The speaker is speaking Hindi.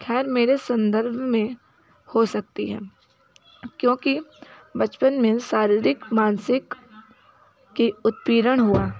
ख़ैर मेरे संदर्भ में हो सकती है क्योंकि बचपन में शारीरिक मानसिक की उत्पीड़न हुआ